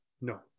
no